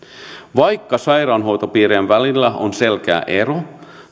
vaikka sairaanhoitopiirien välillä on selkeä ero